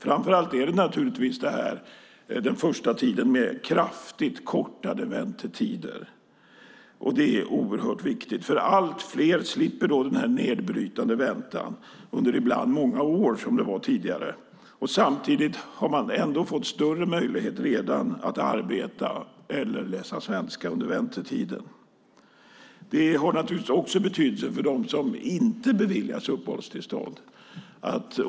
Framför allt gäller det den första tiden med kraftigt nedkortade väntetider, vilket är oerhört viktigt. Allt fler slipper då en nedbrytande väntan - ibland, som det var tidigare, i många år. Redan nu har man fått större möjligheter att under väntetiden arbeta eller läsa svenska. Det har naturligtvis också betydelse för dem som inte beviljas uppehållstillstånd.